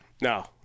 No